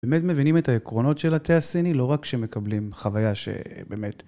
באמת מבינים את העקרונות של התה הסיני, לא רק כשמקבלים חוויה שבאמת...